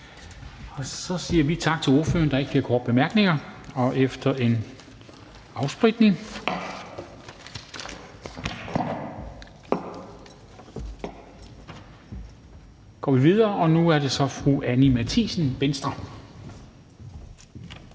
Så siger vi tak til ordføreren. Der er ikke flere korte bemærkninger. Og efter en afspritning går vi videre, og nu er det så fru Anni Matthiesen, Venstre.